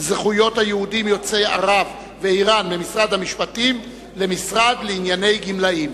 זכויות היהודים יוצאי ארצות ערב ואירן ממשרד המשפטים למשרד לענייני גמלאים.